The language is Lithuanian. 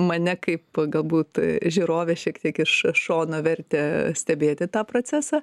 mane kaip galbūt žiūrovę šiek tiek iš iš šono vertė stebėti tą procesą